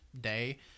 Day